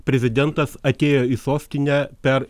prezidentas atėjo į sostinę per